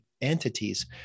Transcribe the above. entities